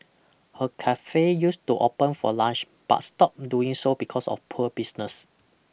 her cafe used to open for lunch but stopped doing so because of poor business